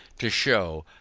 to shew,